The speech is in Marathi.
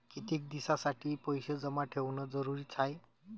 कितीक दिसासाठी पैसे जमा ठेवणं जरुरीच हाय?